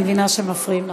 אני מבינה שמפריעים לך.